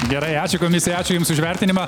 gerai ačiū komisijai ačiū jums už vertinimą